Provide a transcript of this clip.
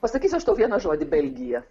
pasakysiu aš tau vieną žodį belgija